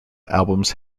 albums